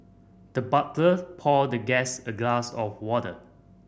the butler poured the guest a glass of water